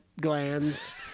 glands